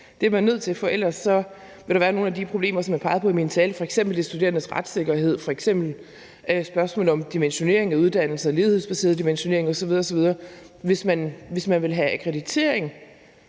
for ellers vil der være nogle af de problemer, som jeg pegede på i min tale, f.eks. de studerendes retssikkerhed og spørgsmålet om dimensionering af uddannelse og lighedsbaseret dimensionering osv. osv. Hvis man vil have akkreditering,